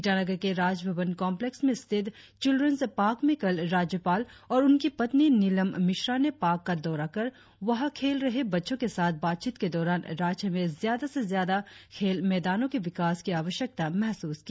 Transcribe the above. ईटानगर के राजभवन कॉम्प्लेक्स में स्थित चिल्रन्स पार्क में कल राज्यपाल और उनकी पत्नी नीलम मिश्रा ने पार्क का दौरा कर वहां खेल रहे बच्चों के साथ बातचीत के दौरान राज्य में ज्यादा से ज्यादा खेल मैदानों के विकास की आवश्यकता महसूस की